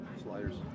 Sliders